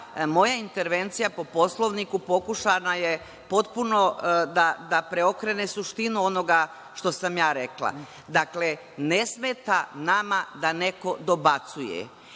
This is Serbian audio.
moja intervencija po Poslovniku pokušana je potpuno da preokrene suštinu onog što sam ja rekla. Dakle, ne smeta nama da neko dobacuje